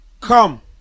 Come